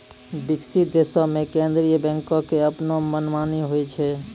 विकसित देशो मे केन्द्रीय बैंको के अपनो मनमानी होय छै